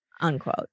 unquote